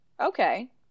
Okay